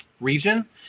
region